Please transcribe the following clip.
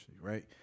right